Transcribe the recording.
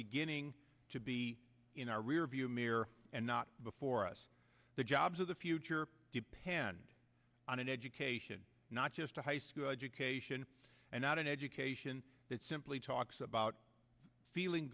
beginning to be in our rearview mirror and not before us the jobs of the future depend on an education not just a high school education and not an education that simply talks about feeling